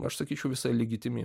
aš sakyčiau visai legitimi